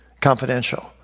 confidential